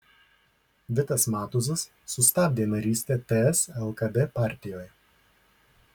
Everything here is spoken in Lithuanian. vitas matuzas sustabdė narystę ts lkd partijoje